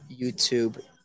YouTube